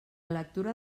lectura